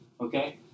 okay